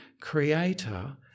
creator